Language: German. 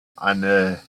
eine